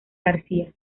garcía